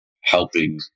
helping